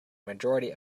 majority